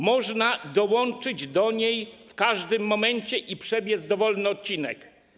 Można dołączyć do niej w każdym momencie i przebiec dowolny odcinek.